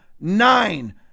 nine